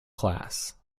class